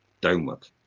downward